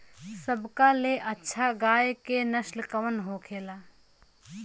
सबका ले अच्छा गाय के नस्ल कवन होखेला?